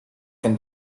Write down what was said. can